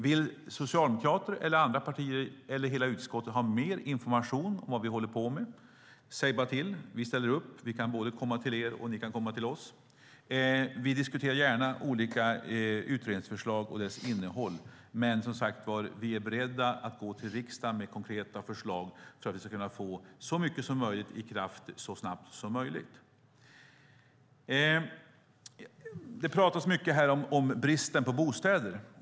Vill Socialdemokraterna, andra partier eller hela utskottet ha mer information om vad vi håller på med, så säg bara till! Vi ställer gärna upp. Vi kan komma till er, och ni kan komma till oss. Vi diskuterar gärna olika utredningsförslag och deras innehåll. Men vi är som sagt beredda att gå till riksdagen med konkreta förslag för att vi ska kunna få så mycket som möjligt i kraft så snabbt som möjligt. Det pratas mycket om bristen på bostäder.